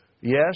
Yes